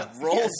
rolls